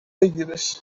بگیرش